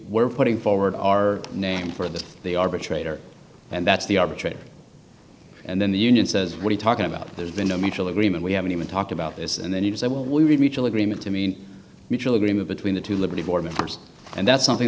were putting forward our name for this the arbitrator and that's the arbitrator and then the union says what he talking about there's been a mutual agreement we haven't even talked about this and then he was able we reach agreement to mean mutual agreement between the two liberty board members and that's something